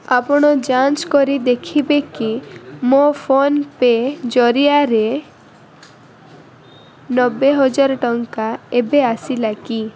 ଆପଣ ଯାଞ୍ଚ କରି ଦେଖିବେ କି ମୋ ଫୋନ୍ ପେ ଜରିଆରେ ନବେ ହଜାର ଟଙ୍କା ଏବେ ଆସିଲା କି